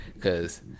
Cause